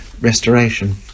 restoration